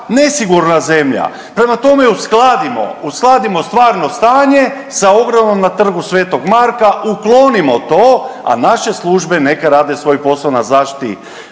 nesigurna zemlja. Prema tome, uskladimo, uskladimo stvarno stanje sa ogradom na Trgu sv. Marka, uklonimo to, a naše službe neka rade svoj posao na zaštiti